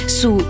su